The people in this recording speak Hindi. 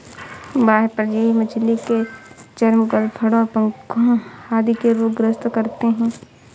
बाह्य परजीवी मछली के चर्म, गलफडों, पंखों आदि के रोग ग्रस्त करते है